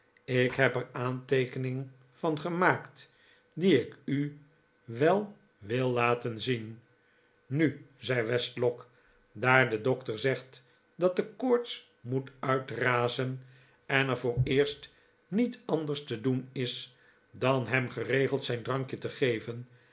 ik heb ef een aanteekening van gemaakt die ik u wel wil laten zien nu zei westlock daar de dokter zegt dat de koorts moet uitrazen en er vooreerst niet anders te doen is dan hem geregeld zijn drankje te geven